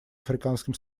африканским